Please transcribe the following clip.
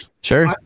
sure